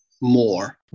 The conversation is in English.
more